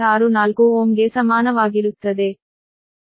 64Ω ಗೆ ಸಮಾನವಾಗಿರುತ್ತದೆ